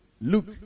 Look